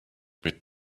with